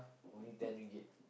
only ten ringgit